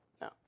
No